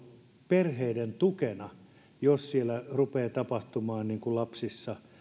perheiden tukena jo kun siellä rupeaa tapahtumaan lapsissa